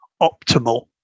optimal